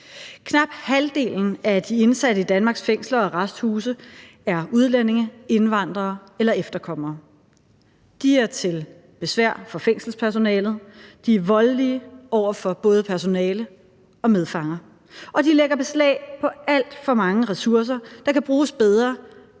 Knap halvdelen af de indsatte i danske fængsler og arresthuse er udlændinge, indvandrere eller efterkommere. De er til besvær for fængselspersonalet, de er voldelige over for både personale og medfanger, og de lægger beslag på alt for mange ressourcer, der kan bruges bedre